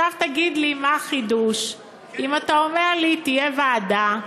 עכשיו תגיד לי מה החידוש אם אתה אומר לי שתהיה ועדה,